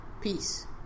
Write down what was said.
peace